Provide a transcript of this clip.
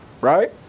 right